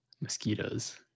mosquitoes